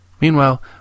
Meanwhile